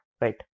right